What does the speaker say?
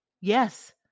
Yes